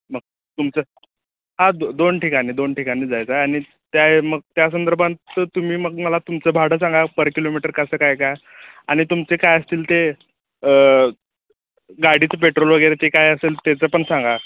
मग तुमचं हा दो दोन ठिकाणी दोन ठिकाणी जायचं आहे आणि त्या मग त्या संदर्भात तुम्ही मग मला तुमचं भाडं सांगा पर किलोमीटर कसं काय का आणि तुमचे काय असतील ते गाडीचं पेट्रोल वगैरे ते काय असेल त्याचं पण सांगा